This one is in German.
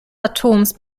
atoms